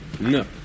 No